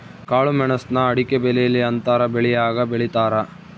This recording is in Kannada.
ಕಾಳುಮೆಣುಸ್ನ ಅಡಿಕೆಬೆಲೆಯಲ್ಲಿ ಅಂತರ ಬೆಳೆಯಾಗಿ ಬೆಳೀತಾರ